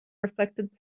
reflected